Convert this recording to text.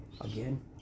Again